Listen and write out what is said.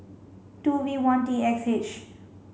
two V one T X H